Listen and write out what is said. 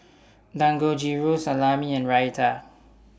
Dangojiru Salami and Raita